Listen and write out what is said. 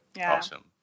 Awesome